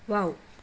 wow